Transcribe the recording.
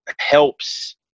helps